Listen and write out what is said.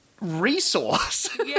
resource